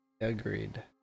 Agreed